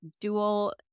dual